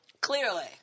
Clearly